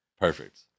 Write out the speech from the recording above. Perfect